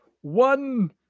One